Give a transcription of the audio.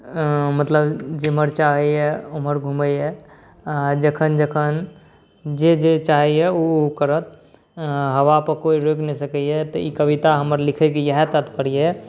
मतलब जेम्हर चाहैए ओम्हर घुमैए आ जखन जखन जे जे चाहैए ओ ओ करत आ हवा पर कोइ रोकि नहि सकैए तऽ ई कविता हमर लिखैके इएह तात्पर्य यए